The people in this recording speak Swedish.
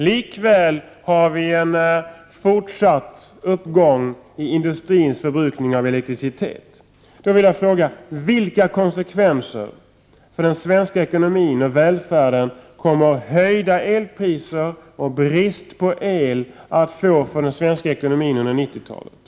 Likväl har vi en fortsatt uppgång i industrins förbrukning av elektricitet. Jag vill då fråga: Vilka konsekvenser för den svenska ekonomin och välfärden kommer höjda elpriser och brist på el att få under 1990-talet?